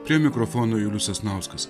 prie mikrofono julius sasnauskas